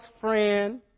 friend